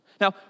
Now